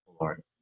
Lord